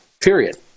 period